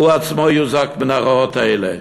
הוא עצמו יוזק מן הרעות האלה.